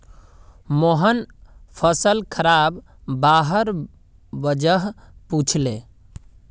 मोहन फसल खराब हबार वजह पुछले